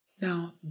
Now